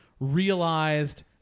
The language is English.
realized